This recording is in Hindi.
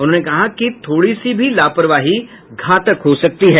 उन्होंने कहा कि थोड़ी सी भी लापरवाही घातक हो सकती है